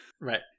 Right